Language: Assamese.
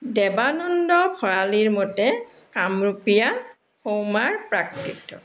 দেবানন্দ ভৰালীৰ মতে কামৰূপীয়া সৌমাৰ প্ৰাকৃত